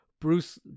Bruce